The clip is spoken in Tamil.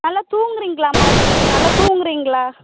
நல்லா தூங்குறீங்களாமா ஃபஸ்ட்டு நல்லா தூங்குறீங்களா